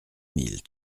mille